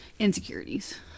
Insecurities